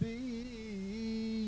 see